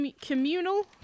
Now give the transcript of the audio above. communal